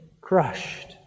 crushed